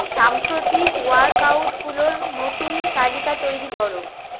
সাম্প্রতিক ওয়ার্কআউটগুলোর নতুন তালিকা তৈরি করো